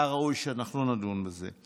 והיה ראוי שאנחנו נדון בזה.